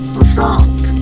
assault